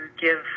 give